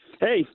Hey